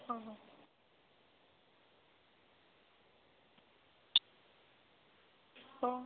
हो हो हो